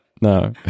no